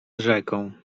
rzeką